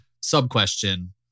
sub-question